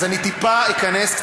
אז אני טיפה אכנס,